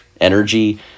energy